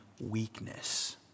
weakness